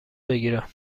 بگیرم